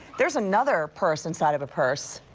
there's another purse inside of a purse.